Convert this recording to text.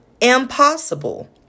impossible